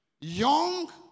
Young